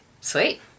sweet